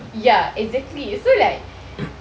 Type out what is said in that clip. ya exactly so like